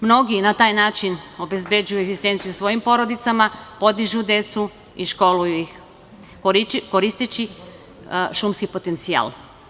Mnogi na taj način obezbeđuju egzistenciju svojim porodicama, podižu decu i školuju ih, koristeći šumski potencijal.